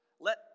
Let